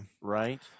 Right